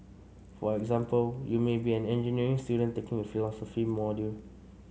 for example you may be an engineering student taking a philosophy module